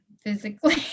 physically